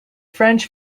french